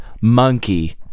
monkey